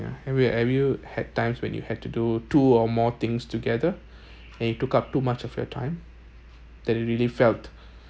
ya have y~ have you had times when you have to do two or more things together and you took up too much of your time that you really felt